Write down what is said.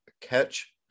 catch